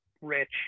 rich